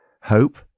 hope